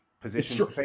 position